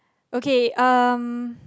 okay um